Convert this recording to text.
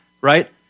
right